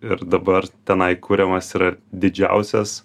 ir dabar tenai kuriamas yra didžiausias